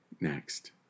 Next